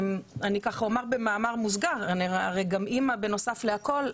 אני אומר במאמר מוסגר, אני הרי גם אימא בנוסף לכל.